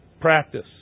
practice